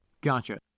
Gotcha